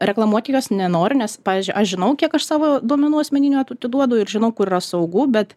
reklamuoti jos nenoriu nes pavyzdžiui aš žinau kiek aš savo duomenų asmeninių atiduodu ir žinau kur yra saugu bet